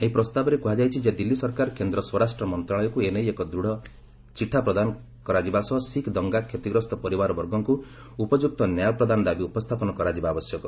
ଏହି ପ୍ରସ୍ତାବରେ କୁହାଯାଇଛି ଯେ ଦିଲ୍ଲୀ ସରକାର କେନ୍ଦ୍ର ସ୍ୱରାଷ୍ଟ୍ର ମନ୍ତ୍ରଣାଳୟକୁ ଏ ନେଇ ଏକ ଦୂଢ଼ ଚିଠା ପ୍ରଦାନ କରାଯିବା ସହ ଶିଖ୍ ଦଙ୍ଗା କ୍ଷତିଗ୍ରସ୍ତ ପରିବାର ବର୍ଗଙ୍କୁ ଉପଯୁକ୍ତ ନ୍ୟାୟ ପ୍ରଦାନ ଦାବି ଉପସ୍ଥାପନ କରାଯିବା ଆବଶ୍ୟକ